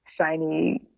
shiny